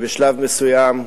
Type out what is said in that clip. בשלב מסוים,